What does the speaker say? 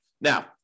Now